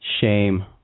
Shame